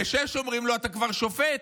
ב-18:00 אומרים לו: אתה כבר שופט,